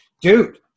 dude